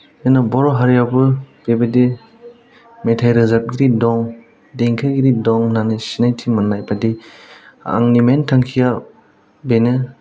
जोंना बर' हारियावबो बेबादि मेथाइ रोजाबगिरि दं देंखोगिरि दं होननानै सिनायथि मोननाय बादि आंनि मेन थांखिया बेनो